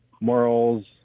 morals